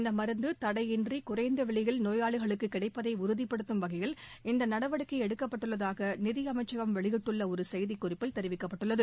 இந்த மருந்து தடையின்றி குறைந்த விலையில் நோயாளிகளுக்கு கிடைப்பதை உறுதிப்படுத்தும் வகையில் இந்த நடவடிக்கை எடுக்கப்பட்டுள்ளதாக நிதியமைச்சகம் வெளியிட்டுள்ள ஒரு செய்திக்குறிப்பில் தெரிவிக்கப்பட்டுள்ளது